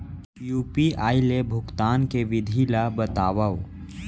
UPI ले भुगतान के विधि ला बतावव